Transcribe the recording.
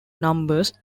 numbers